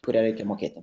kurią reikia mokėti